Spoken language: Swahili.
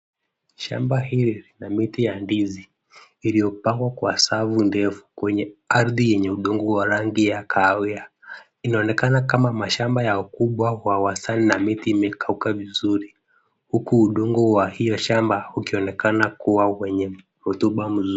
Shamba hili la miti ya ndizi iliyopangwa kwa savu ndefu kwenye ardhi yenye udongo wa rangi ya kahawia, inaonekana kama mashamba ya wakubwa wa wasana na miti imekauka vizuri, huku udongo wa hio shamba ukionekana kuwa wenye rotuba mzuri.